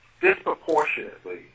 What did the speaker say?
disproportionately